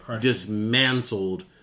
dismantled